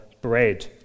bread